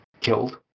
Killed